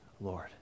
Lord